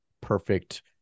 perfect